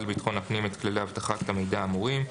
לביטחון הפנים את כללי אבטחת המידע האמורים.